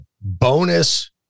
bonus